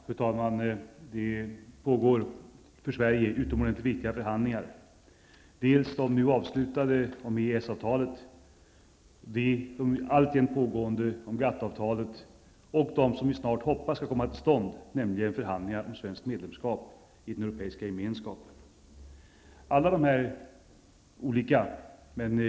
Fru talman! Det pågår för Sverige utomordentligt viktiga förhandlingar: de nu avslutade förhandlingarna om EES-avtalet, de alltjämt pågående förhandlingarna om GATT-avtalet och de förhandlingar om svenskt medlemskap i den europeiska gemenskapen, som vi hoppas snart skall komma till stånd.